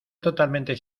totalmente